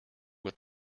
with